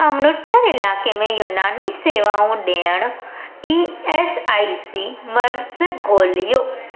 अमृत्सर इलाइक़े में यूनानी शेवाऊं ॾियणु ई एस आई सी मर्कज़ ॻोल्हियो